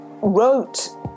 wrote